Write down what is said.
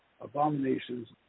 abominations